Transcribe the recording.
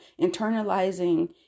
internalizing